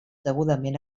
degudament